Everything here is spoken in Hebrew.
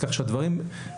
אם כן,